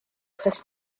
has